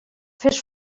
fes